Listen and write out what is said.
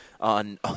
on